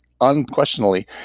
unquestionably